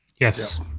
Yes